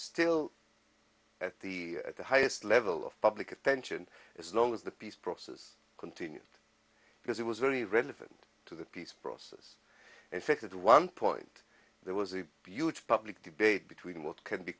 still at the at the highest level of public attention as long as the peace process continued because it was very relevant to the peace process and affected one point there was a beaut public debate between what can be